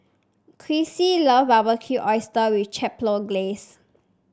Chrissie love Barbecued Oyster with Chipotle Glaze